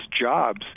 jobs